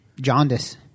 Jaundice